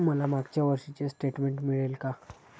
मला मागच्या वर्षीचे स्टेटमेंट मिळेल का?